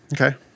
okay